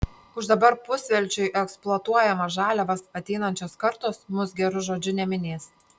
už dabar pusvelčiui eksploatuojamas žaliavas ateinančios kartos mus geru žodžiu neminės